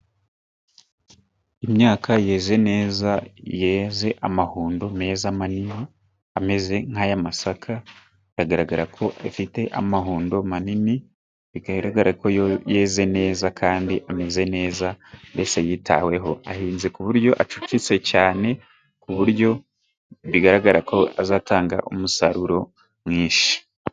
Imyaka yeze neza, yeze amahundo meza manini, ameze nk'ay'amasaka, biragaragara ko afite amahundo manini, bigaragara ko yeze neza, kandi ameze neza, mbese yitaweho. Ahinze ku buryo acucitse cyane, ku buryo bigaragara ko azatanga umusaruro mwinshi.